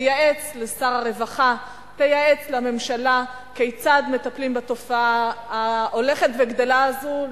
תייעץ לשר הרווחה ותייעץ לממשלה כיצד מטפלים בתופעה ההולכת וגדלה הזאת,